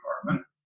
department